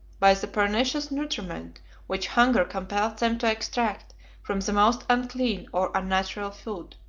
by the pernicious nutriment which hunger compelled them to extract from the most unclean or unnatural food.